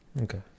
Okay